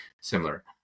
similar